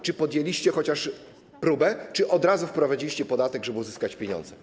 Czy podjęliście chociaż próbę, czy od razu wprowadziliście podatek, żeby uzyskać pieniądze?